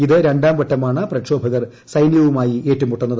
ഇത് രണ്ടാം വട്ടമാണ് പ്രക്ഷോപകർ സൈന്യവുമായി ഏറ്റുമുട്ടുന്നത്